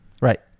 Right